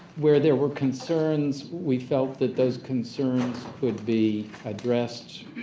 where there were concerns, we felt that those concerns could be addressed